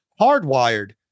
hardwired